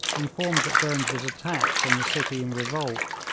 informed that burnes was attacked and the city in revolt,